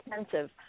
expensive